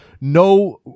no